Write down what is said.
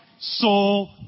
soul